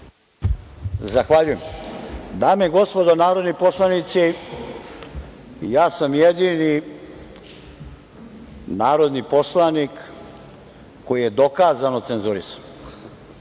Zahvaljujem. Dame i gospodo narodni poslanici, ja sam jedni narodni poslanik koji je dokazano cenzurisan.